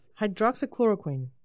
Hydroxychloroquine